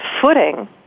footing